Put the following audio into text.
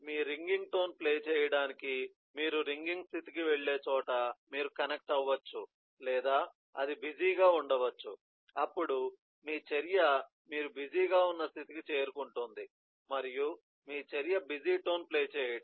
మీ ringing tone play చేయడానికి మీరు ringing స్థితికి వెళ్ళే చోట మీరు కనెక్ట్ అవ్వవచ్చు లేదా అది బిజీగా ఉండవచ్చు అప్పుడు మీ చర్య మీరు బిజీగా ఉన్న స్థితికి చేరుకుంటుంది మరియు మీ చర్య బిజీ టోన్ ప్లే చేయటం